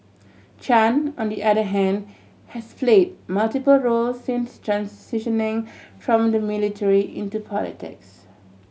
Chan on the other hand has play multiple roles since transitioning from the military into politics